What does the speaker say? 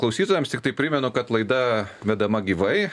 klausytojams tiktai primenu kad laida vedama gyvai